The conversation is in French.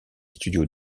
studios